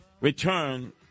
return